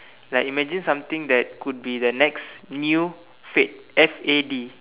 like imagine something that could be next new fad F A D